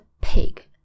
pig